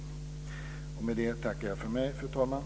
Med detta tackar jag för mig, fru talman.